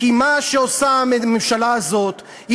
כי מה שהממשלה הזאת עושה,